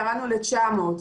ירדנו ל-900,